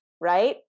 right